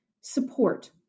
support